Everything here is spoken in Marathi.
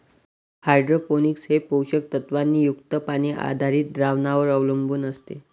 हायड्रोपोनिक्स हे पोषक तत्वांनी युक्त पाणी आधारित द्रावणांवर अवलंबून असते